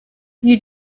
you